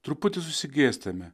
truputį susigėstame